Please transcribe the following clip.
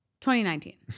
2019